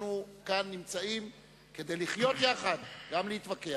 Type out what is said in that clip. אנחנו נמצאים כאן כדי לחיות יחד, גם להתווכח.